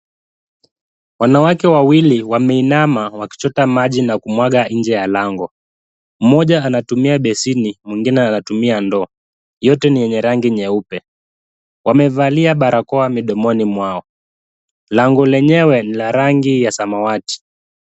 Wanawake wawili wameinama wakichota maji na kumwaga nje ya lango. Mmoja anatumia basin , mwingine anatumia ndoo, yote ni yenye rangi nyeupe. Wamevalia barakoa midomoni mwao. Lango lenyewe ni la rangi ya samawati.